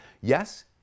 Yes